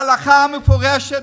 הלכה מפורשת,